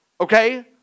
Okay